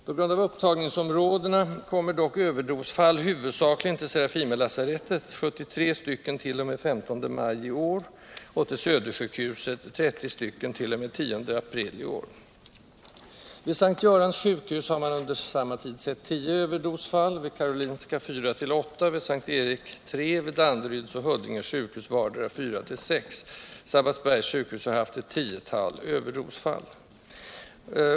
På grund av upptagningsområdena kommer dock överdosfall huvudsakligen till Serafimerlasarettet och till Södersjukhuset . Vid S:t Görans sjukhus har man under samma tid sett ca 10 överdosfall, vid Karolinska sjukhuset 4-8, vid S:t Erik ca 3, vid Danderyds sjukhus och Huddinge sjukhus vardera ca 4-6. Sabbatsbergs sjukhus har haft ett tiotal överdosfall i år.